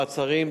מעצרים),